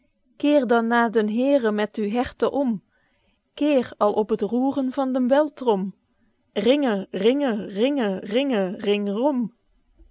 keer dan na den heere met uw hert om keer al op het roeren van den beltrom ringe ringe ringe ringe ring